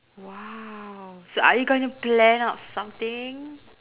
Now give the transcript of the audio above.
!wow! so are you gonna plan out something